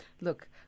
look